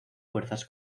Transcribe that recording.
fuerzas